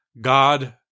God